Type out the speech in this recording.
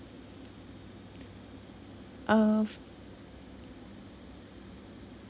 uh